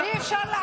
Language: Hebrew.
תודה רבה.